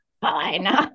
fine